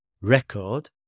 Record